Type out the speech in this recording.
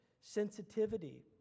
sensitivity